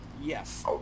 Yes